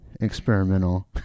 experimental